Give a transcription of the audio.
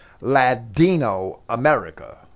Ladino-America